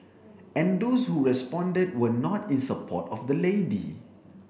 and those who responded were not in support of the lady